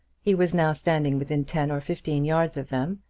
he was now standing within ten or fifteen yards of them,